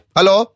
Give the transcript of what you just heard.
Hello